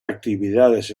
actividades